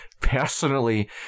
Personally